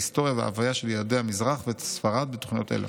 ההיסטוריה וההוויה של יהודי המזרח וספרד בתוכניות אלה.